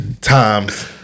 times